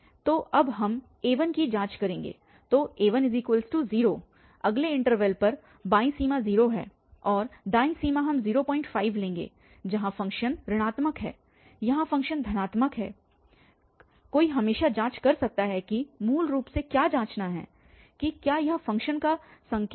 तो अब हम a1 की जाँच करेगे तो a10 अगले इन्टरवल पर बाईं सीमा 0 है और दाईं सीमा हम 05 लेंगे जहाँ फ़ंक्शन ऋणात्मक है यहाँ फ़ंक्शन धनात्मक है कोई हमेशा जांच कर सकता है कि मूल रूप से क्या जांचना है कि क्या यह फ़ंक्शन का संकेत है